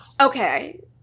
okay